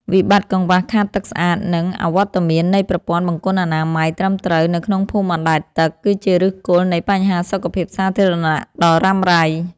វិបត្តិកង្វះខាតទឹកស្អាត និងអវត្តមាននៃប្រព័ន្ធបង្គន់អនាម័យត្រឹមត្រូវនៅក្នុងភូមិអណ្តែតទឹក គឺជាឫសគល់នៃបញ្ហាសុខភាពសាធារណៈដ៏រ៉ាំរ៉ៃ។